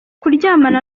kuryamana